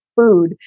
food